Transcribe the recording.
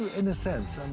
in a sense.